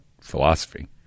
philosophy